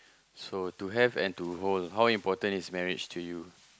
so to have and to hold how important is marriage to you